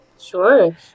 Sure